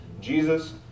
Jesus